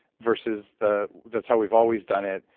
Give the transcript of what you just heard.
versus the that's how we've always done it.